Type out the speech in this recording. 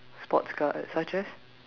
sports car such as